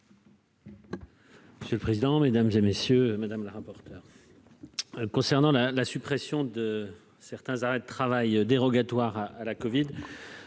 Monsieur le président, Mesdames et messieurs, madame la rapporteure concernant la la suppression de certains arrêts de travail dérogatoires à la Covid,